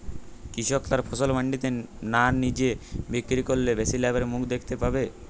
কৃষক তার ফসল মান্ডিতে না নিজে বিক্রি করলে বেশি লাভের মুখ দেখতে পাবে?